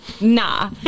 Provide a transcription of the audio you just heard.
nah